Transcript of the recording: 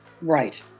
Right